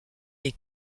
est